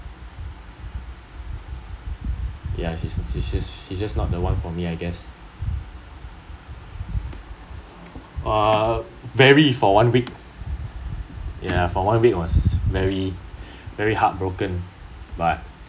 ya she she just she's just not the one for me I guess uh very for one week ya for one week was very very heartbroken but